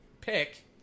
pick